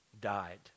died